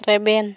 ᱨᱮᱵᱮᱱ